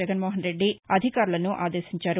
జగన్మోహన్ రెద్ది అధికారులను ఆదేశించారు